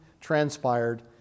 transpired